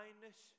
kindness